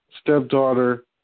stepdaughter